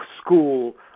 school